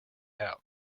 out